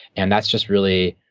and that's just really,